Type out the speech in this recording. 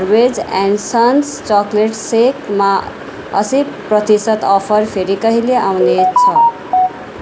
Harvey's and sons chocolate सेकमा असी प्रतिशत अफर फेरि कहिले आउने छ